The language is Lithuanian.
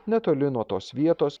netoli nuo tos vietos